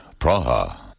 Praha